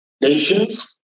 nations